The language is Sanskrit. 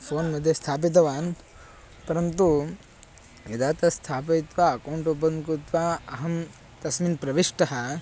फ़ोन् मध्ये स्थापितवान् परन्तु यदा तत् स्थापयित्वा अकौण्ट् ओपन् कृत्वा अहं तस्मिन् प्रविष्टः